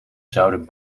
zouden